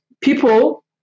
people